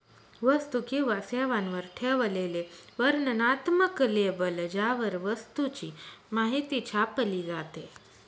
वस्तू किंवा सेवांवर ठेवलेले वर्णनात्मक लेबल ज्यावर वस्तूची माहिती छापली जाते